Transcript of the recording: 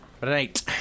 Right